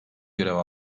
görev